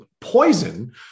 poison